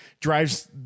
drives